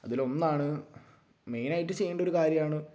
അതിലൊന്നാണ് മെയിനായിട്ട് ചെയ്യേണ്ട ഒരു കാര്യമാണ്